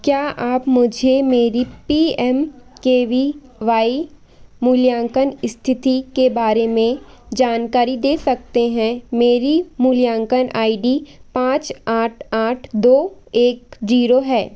क्या आप मुझे मेरी P M K V Y मूल्यांकन स्थिति के बारे में जानकारी दे सकते हैं मेरी मूल्यांकन आई डी पाँच आठ आठ दो एक जीरो है